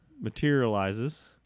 materializes